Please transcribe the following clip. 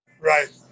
Right